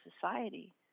society